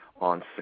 on